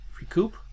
recoup